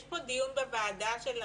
יש פה דיון בוועדה של החינוך.